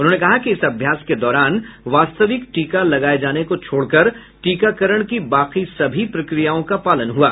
उन्होंने कहा कि इस अभ्यास के दौरान वास्तविक टीका लगाये जाने को छोड़कर टीकाकरण की बाकी सभी प्रक्रियाओं का पालन हुआ